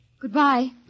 Goodbye